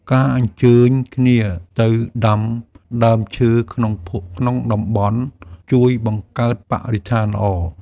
ការអញ្ជើញគ្នាទៅដាំដើមឈើក្នុងតំបន់ជួយបង្កើតបរិស្ថានល្អ។